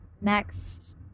Next